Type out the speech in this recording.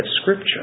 Scripture